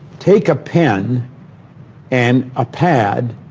take a pen and a pad,